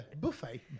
Buffet